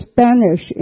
Spanish